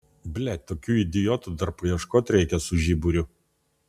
blet tokių idiotų dar paieškot reikia su žiburiu